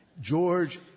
George